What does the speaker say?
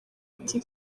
ati